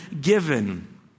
given